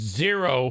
zero